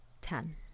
Ten